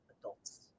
adults